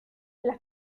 las